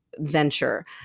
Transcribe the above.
venture